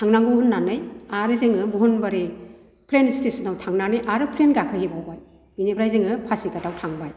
थांनांगौ होननानै आरो जोङो बुहुनबारि प्लेन स्टेसनआव थांनानै आरो प्लेन गाखोहैबावबाय बिनिफ्राय जोङो पासिघातआव थांबाय